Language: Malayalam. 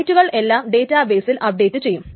റൈറ്റുകൾ എല്ലാം ഡേറ്റാ ബെയിസിൽ അപ്ഡേറ്റ് ചെയ്യും